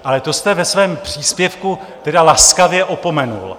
Ale to jste ve svém příspěvku tedy laskavě opomenul.